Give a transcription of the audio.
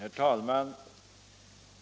62, och anförde: Herr talman!